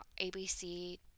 ABC